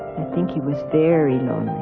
think he was very